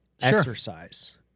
exercise